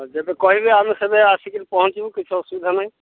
ଯେବେ କହିବେ ଆମେ ସେବେ ଆସିକିରି ପହଞ୍ଚିବୁ କିଛି ଅସୁବିଧା ନାହିଁ